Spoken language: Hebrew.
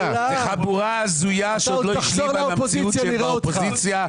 חבורה הזויה שעוד לא השלימה עם המציאות שהיא באופוזיציה.